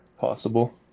possible